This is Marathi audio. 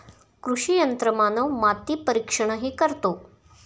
कृषी यंत्रमानव माती परीक्षणही करतो